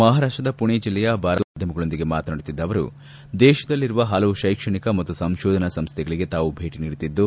ಮಹಾರಾಷ್ಷದ ಪುಣೆ ಜಿಲ್ಲೆಯ ಬಾರಾಮತಿಯಲ್ಲಿಂದು ಮಾಧ್ಯಮಗಳೊಂದಿಗೆ ಮಾತನಾಡುತ್ತಿದ್ದ ಅವರು ದೇಶದಲ್ಲಿರುವ ಹಲವು ಶೈಕ್ಷಣಿಕ ಮತ್ತು ಸಂಶೋಧನಾ ಸಂಶ್ಥೆಗಳಿಗೆ ತಾವು ಭೇಟ ನೀಡುತ್ತಿದ್ದು